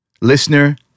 Listener